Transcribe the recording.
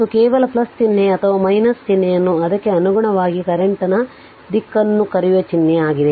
ಮತ್ತು ಕೇವಲ ಚಿಹ್ನೆ ಅಥವಾ ಚಿಹ್ನೆಯನ್ನು ಅದಕ್ಕೆ ಅನುಗುಣವಾಗಿ ಕರೆಂಟ್ನ ದಿಕ್ಕನ್ನು ಕರೆಯುವ ಚಿಹ್ನೆ ಆಗಿದೆ